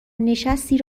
نشستیم